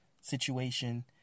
situation